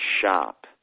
shop